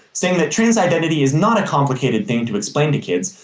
saying that trans identity is not a complicated thing to explain to kids,